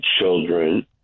children